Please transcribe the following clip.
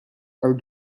are